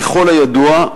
ככל הידוע,